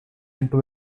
into